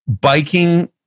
biking